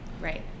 right